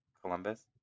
Columbus